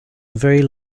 very